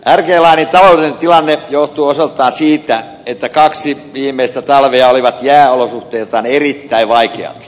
rg linen taloudellinen tilanne johtuu osaltaan siitä että kaksi viimeistä talvea olivat jääolosuhteiltaan erittäin vaikeat